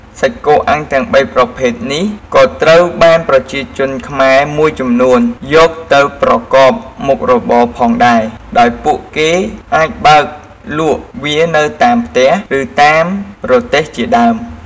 សាច់គោអាំងទាំងបីប្រភេទនេះក៏ត្រូវបានប្រជាជនខ្មែរមួយចំនួនយកទៅប្រកបមុខរបរផងដែរ ដោយពួកគេអាចបើកលក់វានៅតាមផ្ទះ ឬតាមរទេះជាដើម។